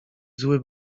zły